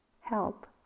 help